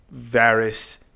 Varys